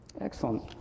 Excellent